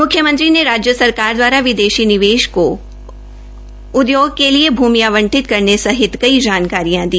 मुख्यमंत्री ने राजय सरकार दवारा विदेशी निवेशकों को उदयोग के लिए भूमि आंवटित करने सहित कई जानकारियां दी